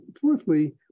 Fourthly